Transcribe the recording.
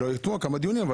היו כמה דיונים,